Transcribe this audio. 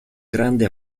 grande